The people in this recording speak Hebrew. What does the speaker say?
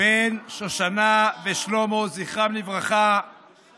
בן שושנה ושלמה, זכרם לברכה, בושה.